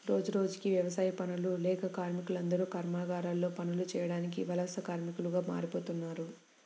రోజురోజుకీ యవసాయ పనులు లేక కార్మికులందరూ కర్మాగారాల్లో పనులు చేయడానికి వలస కార్మికులుగా మారిపోతన్నారు